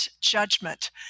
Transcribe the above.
judgment